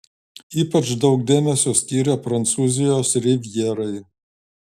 ypač daug dėmesio skyrė prancūzijos rivjerai